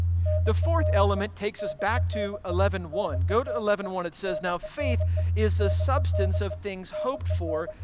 the fourth element takes us back to eleven one. go to eleven one. it says, now faith is the substance of things hoped for,